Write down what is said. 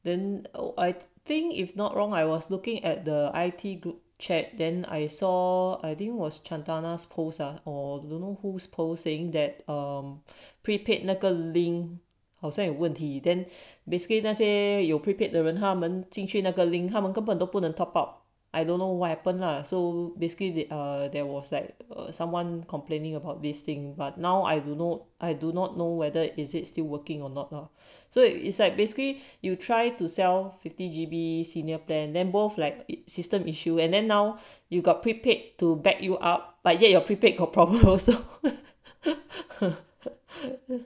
then I think if not wrong I was looking at the I_T group chat then I saw I think was chantana post or don't know who's post saying that um prepaid 那个 link 好像有问题 then basically 那些有 prepaid 的人他们进去那个 link 他们根本都不能 top up I don't know what happen lah so basically they are there was like or someone complaining about this thing but now I do know I do not know whether is it still working or not lah so it is like basically you try to sell fifty G_B senior plan then both like system issue and then now you've got prepaid to back you up but yet your prepaid got problem also